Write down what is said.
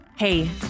Hey